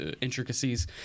intricacies